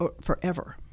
forever